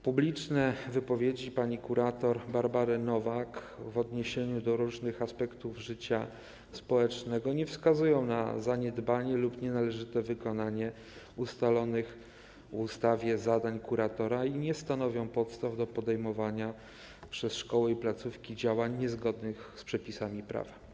Publiczne wypowiedzi pani kurator Barbary Nowak w odniesieniu do różnych aspektów życia społecznego nie wskazują na zaniedbanie lub nienależyte wykonanie ustalonych w ustawie zadań kuratora i nie stanowią podstaw do podejmowania przez szkoły i placówki działań niezgodnych z przepisami prawa.